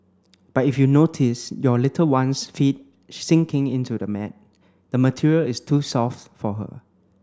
but if you notice your little one's feet sinking into the mat the material is too soft for her